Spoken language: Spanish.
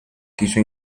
quiso